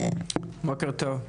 בוקר טוב,